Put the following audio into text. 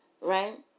Right